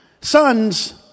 Sons